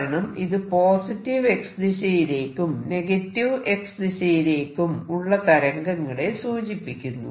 കാരണം ഇത് positive X ദിശയിലേക്കും നെഗറ്റീവ് X ദിശയിലേക്കും ഉള്ള തരംഗങ്ങളെ സൂചിപ്പിക്കുന്നു